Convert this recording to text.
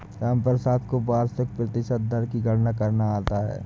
रामप्रसाद को वार्षिक प्रतिशत दर की गणना करना आता है